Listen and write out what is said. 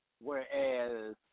Whereas